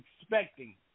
expecting